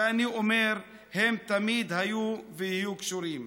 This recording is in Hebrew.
ואני אומר: הם תמיד היו ויהיו קשורים.